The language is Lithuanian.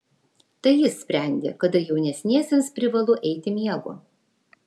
tai jis sprendė kada jaunesniesiems privalu eiti miego